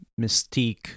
mystique